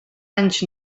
anys